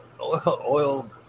Oil